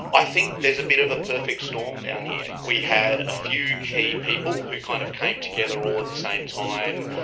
i think there's a bit of a perfect storm down here. we had a few key people who kind of came together all at the same time,